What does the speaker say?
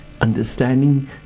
understanding